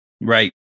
right